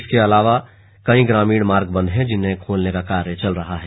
इसके अलावा भी कई ग्रामीण मार्ग बंद हैं जिन्हें खोलने का काम चल रहा है